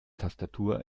tastatur